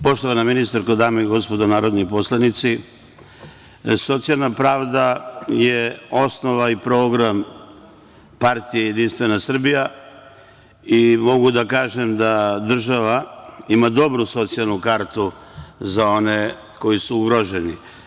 Poštovana ministarko, dame i gospodo narodni poslanici, socijalna pravda je osnova i program Partije Jedinstvena Srbija i mogu da kažem da država ima dobru socijalnu kartu za one koji su ugroženi.